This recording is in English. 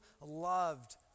loved